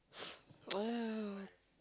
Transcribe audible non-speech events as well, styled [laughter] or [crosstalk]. [noise] oh